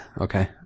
Okay